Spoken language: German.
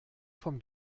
vom